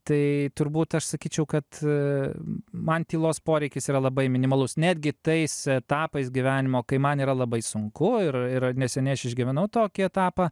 tai turbūt aš sakyčiau kad man tylos poreikis yra labai minimalus netgi tais etapais gyvenimo kai man yra labai sunku ir ir neseniai aš išgyvenau tokį etapą